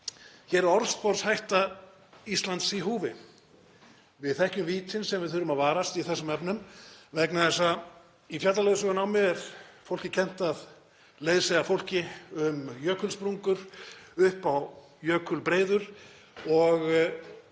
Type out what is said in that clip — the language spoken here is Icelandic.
Hér er orðspor Íslands í húfi. Við þekkjum vítin sem við þurfum að varast í þessum efnum vegna þess að í fjallaleiðsögunámi er fólki er kennt að leiðsegja fólki um jökulsprungur, upp á jökulbreiður og